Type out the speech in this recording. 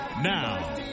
Now